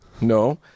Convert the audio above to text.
No